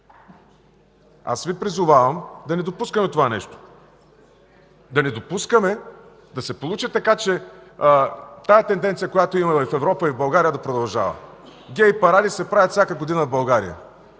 Призовавам Ви да не допускаме това нещо. Да не допускаме да се получи така, че тази тенденция, която имаме в Европа и България да продължава. Гей паради се правят всяка година в България.